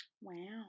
Wow